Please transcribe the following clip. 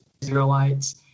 Israelites